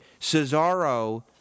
Cesaro